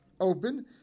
open